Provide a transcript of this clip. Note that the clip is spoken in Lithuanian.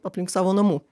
aplink savo namų